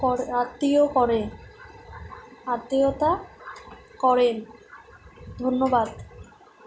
কর আত্মীয় করে আত্মীয়তা করেন ধন্যবাদ